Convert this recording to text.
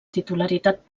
titularitat